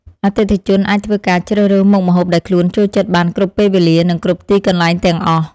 អតិថិជនអាចធ្វើការជ្រើសរើសមុខម្ហូបដែលខ្លួនចូលចិត្តបានគ្រប់ពេលវេលា និងគ្រប់ទីកន្លែងទាំងអស់។